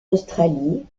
australie